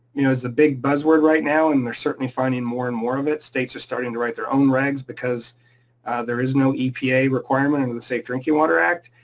you know it's a big buzzword right now and they're certainly finding more and more of it, states are starting to write their own regs because there is no epa requirement in in the safe drinking water act.